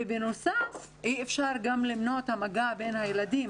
ובנוסף אי אפשר למנוע את המגע בין הילדים עצמם.